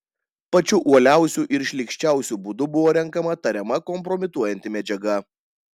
pačiu uoliausiu ir šlykščiausiu būdu buvo renkama tariama kompromituojanti medžiaga